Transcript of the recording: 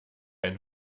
ein